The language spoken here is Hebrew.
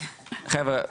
חבר'ה,